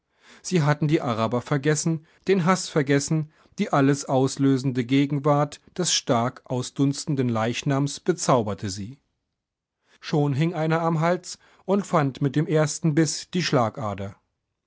sie hatten die araber vergessen den haß vergessen die alles auslöschende gegenwart des stark ausdunstenden leichnams bezauberte sie schon hing einer am hals und fand mit dem ersten biß die schlagader